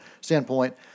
standpoint